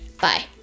Bye